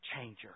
changer